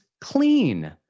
clean